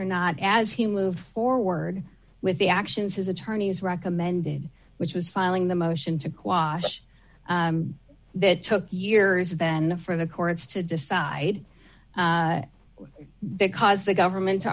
or not as he moved forward with the actions his attorneys recommended which was filing the motion to quash that took years then for the courts to decide because the government